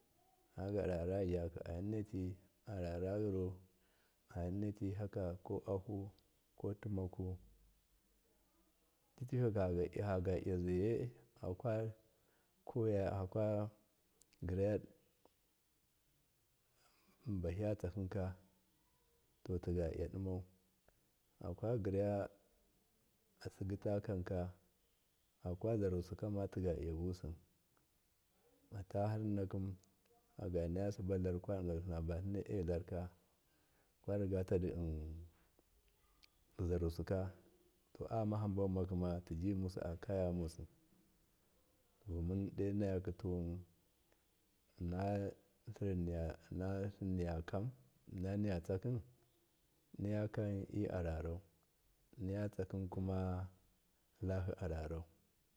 A kaga arara zaki aninati ararayiruanimati haka koaku ko timaku tifagalyazaiye akwa ko ya akwa giraya bayiya tsakinka to tigayadimau akwa giraya atsigitakanka akwazarusikamatigalya buwusi ataharninakim faganayasibalar tlinaba tlin a larka kwarigata zarusika to ayama hamba yimakima tiji yimusi akaye yamusi tomun donayaki tuwun innatlirin nivakam innaiya tsakim niyakami ararau niyatsakinkuma lahi ararau.